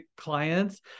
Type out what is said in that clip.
clients